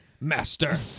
master